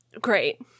great